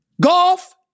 Golf